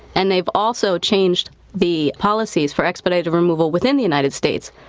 and they've also changed the policies for expedited removal within the united states,